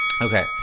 Okay